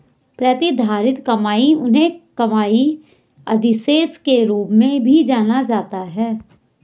प्रतिधारित कमाई उन्हें कमाई अधिशेष के रूप में भी जाना जाता है